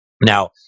Now